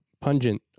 pungent